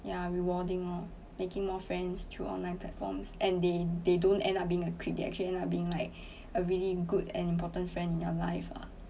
ya rewarding lor making more friends through online platforms and they they don't end up being a clique they actually end up being like a really good and important friend in your life ah